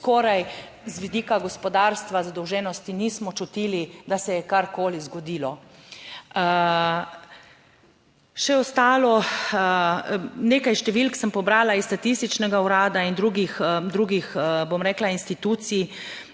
skoraj z vidika gospodarstva, zadolženosti, nismo čutili, da se je karkoli zgodilo. Še ostalo, nekaj številk sem prebrala iz statističnega urada in drugih, drugih bom rekla institucij,